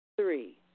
Three